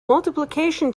multiplication